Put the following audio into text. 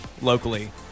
locally